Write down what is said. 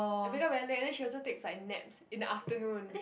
and wake up very late and then she also takes like naps in the afternoon